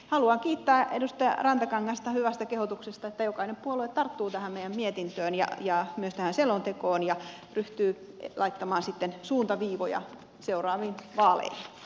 haluan kiittää edustaja rantakangasta hyvästä kehotuksesta että jokainen puolue tarttuu tähän meidän mietintöömme ja myös tähän selontekoon ja ryhtyy laittamaan sitten suuntaviivoja seuraaviin vaaleihin